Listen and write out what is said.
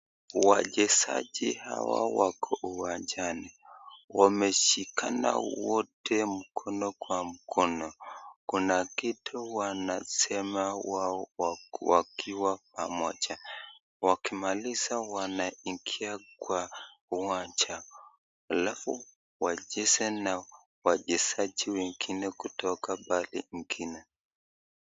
Wachezaji hawa wako wajane wameshikana wote mkono kwa mkono, kuna kitu wanasema wao wakiwa pamoja, wakimaliza wanaingia kwa uwanja alafu wacheze na wachezaji wengine kutoka pahali ingine.